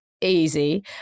easy